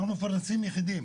אנחנו מפרנסים יחידים.